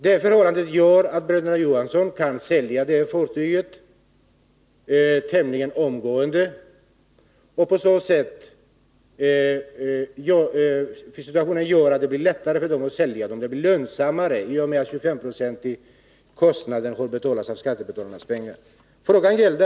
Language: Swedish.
Det förhållandet underlättar för bröderna Johansson att tämligen omgående sälja dessa fartyg. Affären blir också lönsammare i och med att 25 70 av kostnaderna betalas av skattebetalarnas pengar.